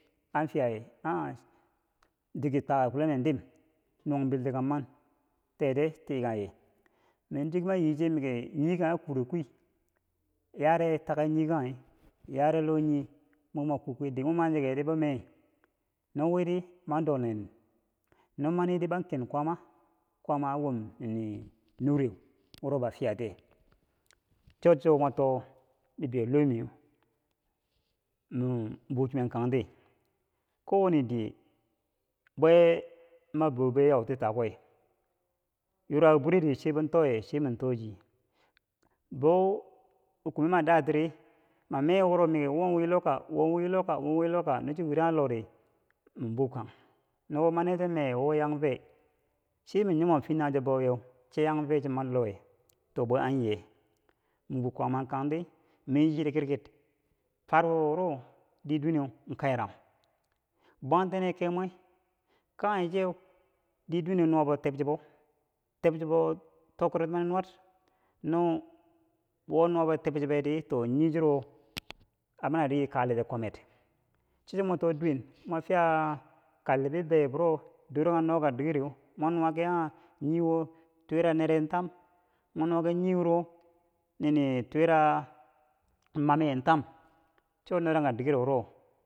an fiyaye a- a diker Twaaka kule dim nuwan belti ka man tete tikanghe non diker ma yi chieye miki nikenaye a kurekuye yare take niikanghe yare loh nii mo mwa ku kui dike mo man chikari bou meye no widi man do nenen mani dir ban ken kwaama, kwaama an wom nini nure wo ba fiya tiye cho chwo mo to- o bibeyo lohmi mi buchinen kangheti ko wane diye bwe ma boobowe yauti takuwe yura ki buri di. Sai bootoye sai manto. o chi bau ki kume ma datiri ma me wuri win lohka wo win lohka no chi win lohdi man bukanghe Wo mani dir man me miki yanfe sai mi yimon fyetanghe cho ban wiye chiyanfe cho mani lohiwe too bwe an yiye mi yichiti kirkir farubo wuro di duweu kayara bwetende kemwe kanghe che diduwene nuwabo teb che bou tebechebon tokero moni nuwar no wun nuwabo tebchebere nil chiro mani kaleti kwamed cho chwo mo too duwe a- Kaltibibeyo biro do noka dikero no nuwa ki a- a twira nereko tam mo nuwa ki a- a Twira mam tam cho norangka diger wuro.